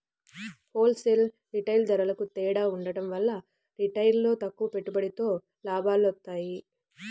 whole sale, retail ధరలకూ తేడా ఉండటం వల్ల రిటైల్లో తక్కువ పెట్టుబడితో లాభాలొత్తన్నాయి